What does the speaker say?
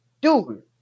Dude